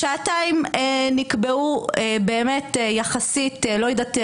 השעתיים נקבעו באמת יחסית לא יודעת,